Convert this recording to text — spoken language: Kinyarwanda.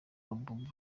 bobby